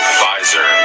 Pfizer